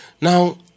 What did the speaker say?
Now